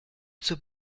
zur